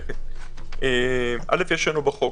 יש בחוק